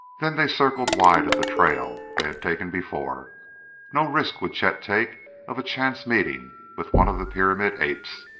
then they circled wide of the trail they had taken before no risk would chet take of a chance meeting with one of the pyramid apes.